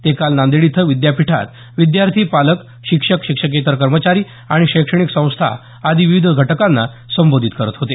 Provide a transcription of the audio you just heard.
ते काल नांदेड इथं विद्यापीठात विद्यार्थी पालक शिक्षक शिक्षकेतर कर्मचारी आणि शैक्षणिक संस्था आदी विविध घटकांना संबोधित करीत होते